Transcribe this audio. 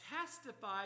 testify